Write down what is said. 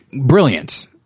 brilliant